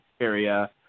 area